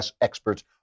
experts